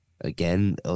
Again